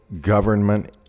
government